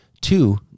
Two